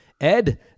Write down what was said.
Ed